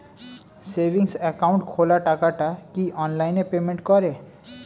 Savings account খোলা টাকাটা কি অনলাইনে পেমেন্ট করে?